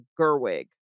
Gerwig